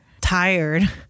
tired